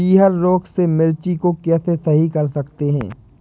पीहर रोग से मिर्ची को कैसे सही कर सकते हैं?